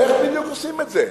איך בדיוק עושים את זה?